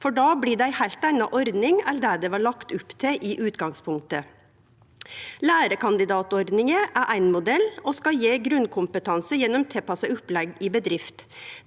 då blir det ei heilt anna ordning enn det blei lagt opp til i utgangspunktet. Lærekandidatordninga er éin modell og skal gje grunnkompetanse gjennom tilpassa opplegg i bedrift.